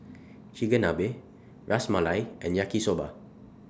Chigenabe Ras Malai and Yaki Soba